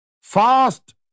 fast